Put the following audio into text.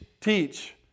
teach